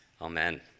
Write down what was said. Amen